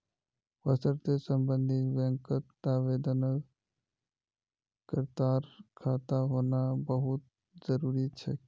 वशर्ते सम्बन्धित बैंकत आवेदनकर्तार खाता होना बहु त जरूरी छेक